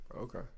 Okay